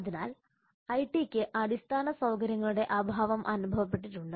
അതിനാൽ ഐടിക്ക് അടിസ്ഥാന സൌകര്യങ്ങളുടെ അഭാവം അനുഭവപ്പെട്ടിട്ടുണ്ട്